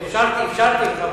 אפשרתי לך,